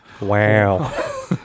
wow